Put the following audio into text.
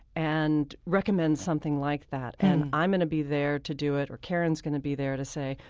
and recommend something like that. and i'm going to be there to do it, or karen's going to be there to say,